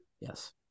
yes